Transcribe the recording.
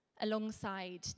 alongside